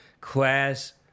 class